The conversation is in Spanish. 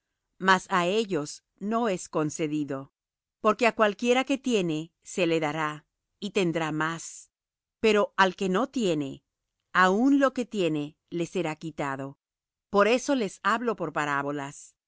mas á ellos no es concedido porque á cualquiera que tiene se le dará y tendrá más pero al que no tiene aun lo que tiene le será quitado por eso les hablo por parábolas